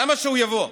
למה שהוא יבוא?